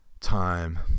time